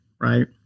Right